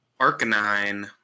Arcanine